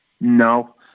No